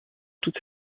toute